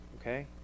Okay